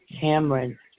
Cameron